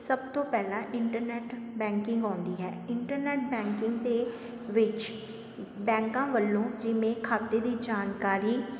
ਸਭ ਤੋਂ ਪਹਿਲਾਂ ਇੰਟਰਨੈੱਟ ਬੈਂਕਿੰਗ ਆਉਂਦੀ ਹੈ ਇੰਟਰਨੈੱਟ ਬੈਂਕਿੰਗ ਦੇ ਵਿੱਚ ਬੈਂਕਾਂ ਵੱਲੋਂ ਜਿਵੇਂ ਖ਼ਾਤੇ ਦੀ ਜਾਣਕਾਰੀ